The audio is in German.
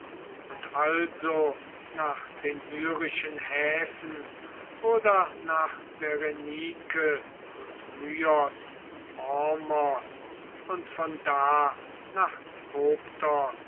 und also nach den syrischen häfen oder nach berenike und myos hormos und von da nach koptos